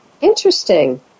Interesting